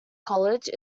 college